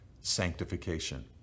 sanctification